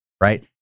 right